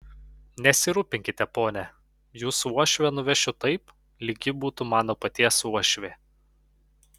nesirūpinkite pone jūsų uošvę nuvešiu taip lyg ji būtų mano paties uošvė